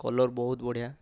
colour ବହୁତ ବଢ଼ିଆ